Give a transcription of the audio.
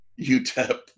UTEP